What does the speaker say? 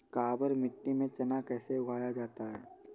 काबर मिट्टी में चना कैसे उगाया जाता है?